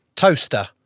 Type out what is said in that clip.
Toaster